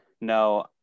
No